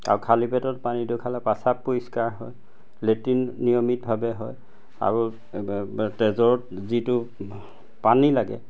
আৰু খালী পেটত পানীটো খালে পাচাব পৰিষ্কাৰ হয় লেট্ৰিন নিয়মিতভাৱে হয় আৰু তেজত যিটো পানী লাগে